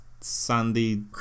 Sandy